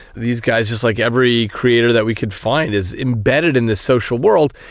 these guys, just like every creator that we could find, is embedded in the social world.